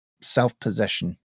self-possession